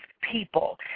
people